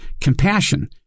compassion